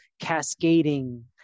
cascading